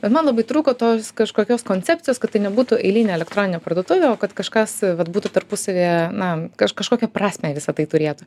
bet man labai trūko to kažkokios koncepcijos kad tai nebūtų eilinė elektroninė parduotuvė o kad kažkas vat būtų tarpusavyje na kaž kažkokią prasmę visa tai turėtų